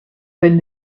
when